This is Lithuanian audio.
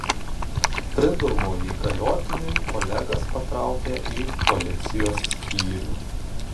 pridurmu įgaliotiniui olegas patraukė į policijos skyrių